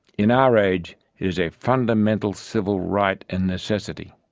in our age, it is a fundamental civil right and necessity.